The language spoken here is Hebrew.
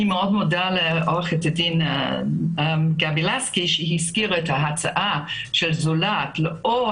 אני מודה לעורכת הדין גבי לסקי שהזכירה את ההצעה של "זולת" לאור